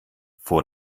vor